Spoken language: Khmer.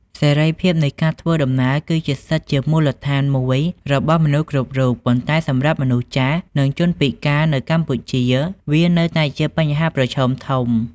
សេរីភាពនៃការធ្វើដំណើរ គឺជាសិទ្ធិជាមូលដ្ឋានមួយរបស់មនុស្សគ្រប់រូប ប៉ុន្តែសម្រាប់មនុស្សចាស់ និងជនពិការនៅកម្ពុជាវានៅតែជាបញ្ហាប្រឈមធំ។